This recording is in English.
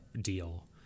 deal